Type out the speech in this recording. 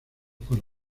por